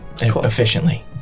efficiently